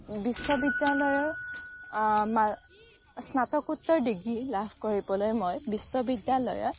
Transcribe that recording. বিশ্ববিদ্যালয়ৰ স্নাতকোত্তৰ ডিগ্ৰী লাভ কৰিবলৈ মই বিশ্ববিদ্যালয়ত